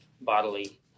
bodily